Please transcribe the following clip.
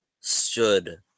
stood